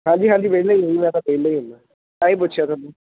ਹਾਂਜੀ ਹਾਂਜੀ ਵਿਹਲੇ ਆ ਜੀ ਮੈਂ ਤਾ ਵਿਹਲਾ ਹੀ ਹੁੰਦਾ ਤਾ ਹੀ ਪੁੱਛਿਆ ਤੁਹਾਨੂੰ